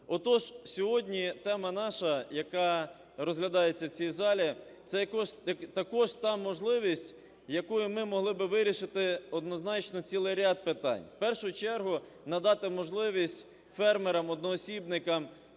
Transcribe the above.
Отож, сьогодні тема наша, яка розглядається в ці залі, – це також та можливість, якою ми могли би вирішити однозначно цілий ряд питань, в першу чергу надати можливість фермерам-одноосібникам,